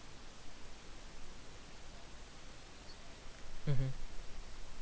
mmhmm